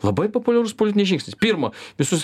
labai populiarus politinis žingsnis pirma visus